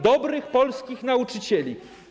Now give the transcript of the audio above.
dobrych polskich nauczycieli.